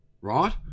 right